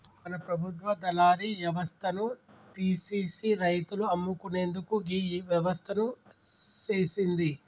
మన ప్రభుత్వ దళారి యవస్థను తీసిసి రైతులు అమ్ముకునేందుకు గీ వ్యవస్థను సేసింది